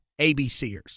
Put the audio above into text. ABCers